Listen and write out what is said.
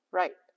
right